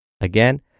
Again